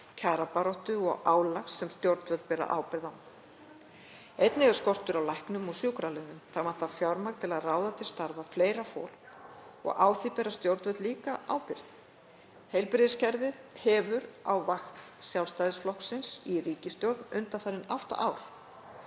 kjarabaráttu og álags sem stjórnvöld bera ábyrgð á. Einnig er skortur á læknum og sjúkraliðum. Það vantar fjármagn til að ráða til starfa fleira fólk og á því bera stjórnvöld líka ábyrgð. Heilbrigðiskerfið hefur á vakt Sjálfstæðisflokksins í ríkisstjórn undanfarin átta